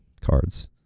cards